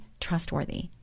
trustworthy